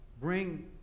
bring